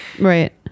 Right